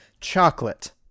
Chocolate